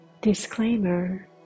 Disclaimer